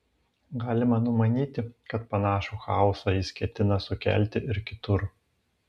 galima numanyti kad panašų chaosą jis ketina sukelti ir kitur